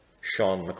Sean